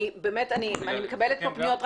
אני מקבלת פה פניות.